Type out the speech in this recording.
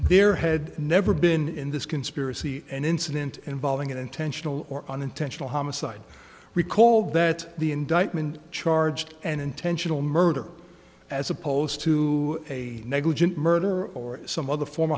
their head never been in this conspiracy an incident involving an intentional or unintentional homicide we call that the indictment charged an intentional murder as opposed to a negligent murder or some other form